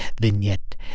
vignette